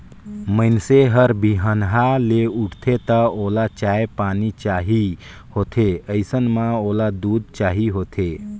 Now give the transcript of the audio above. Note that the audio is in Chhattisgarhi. मइनसे हर बिहनहा ले उठथे त ओला चाय पानी चाही होथे अइसन म ओला दूद चाही होथे